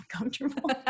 uncomfortable